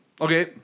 Okay